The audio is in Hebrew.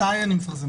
מתי אני מפרסם.